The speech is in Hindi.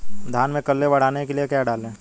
धान में कल्ले बढ़ाने के लिए क्या डालें?